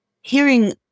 hearing